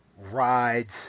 rides